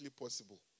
possible